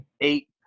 eight